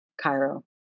Cairo